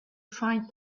find